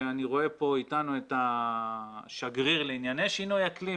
ואני רואה פה איתנו את השגריר לענייני שינוי אקלים,